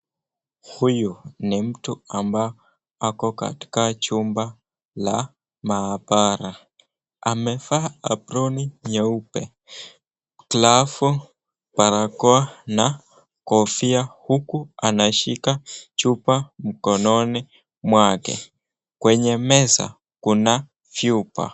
Huyu ni mtu ambayo ako katika chumba la maabara. Amevaa aproni nyeupe, glavu, barakoa na kofia huku anashika chupa mkononi mwake. Kwenye meza kuna vyupa.